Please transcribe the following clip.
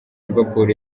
liverpool